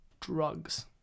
drugs